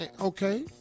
Okay